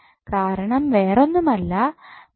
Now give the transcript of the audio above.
കാരണം വേറൊന്നുമല്ല പക്ഷേ